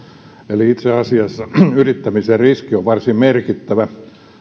eli itse asiassa yrittämisen riski on varsin merkittävä